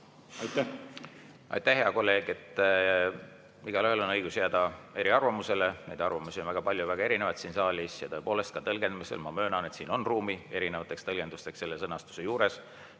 Aitäh, hea kolleeg! Igaühel on õigus jääda eriarvamusele, neid arvamusi on väga palju, väga erinevaid siin saalis ja tõepoolest ka tõlgendamisel, ma möönan, et siin on ruumi erinevateks tõlgendusteks selle sõnastuse juures.